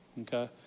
okay